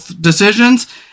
decisions